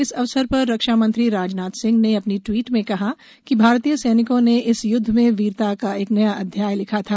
इस अवसर पर रक्षामंत्री राजनाथ सिंह ने अपने ट्वीट में कहा कि भारतीय सैनिकों ने इस युद्ध में वीरता का एक नया अध्याय लिखा था